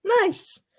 Nice